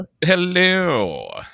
Hello